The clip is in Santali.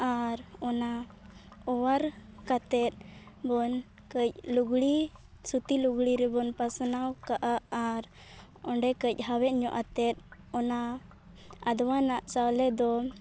ᱟᱨ ᱚᱱᱟ ᱚᱣᱟᱨ ᱠᱟᱛᱮᱫ ᱵᱚᱱ ᱠᱟᱹᱡ ᱞᱩᱜᱽᱲᱤ ᱥᱩᱛᱤ ᱞᱩᱜᱽᱲᱤ ᱨᱮᱵᱚᱱ ᱯᱟᱥᱱᱟᱣ ᱠᱟᱜᱼᱟ ᱟᱨ ᱚᱸᱰᱮ ᱠᱟᱹᱡ ᱦᱟᱣᱮᱫ ᱧᱚᱜ ᱟᱛᱮᱫ ᱚᱱᱟ ᱟᱫᱚᱣᱟᱱᱟᱜ ᱪᱟᱣᱞᱮ ᱫᱚ